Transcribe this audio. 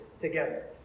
together